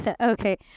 Okay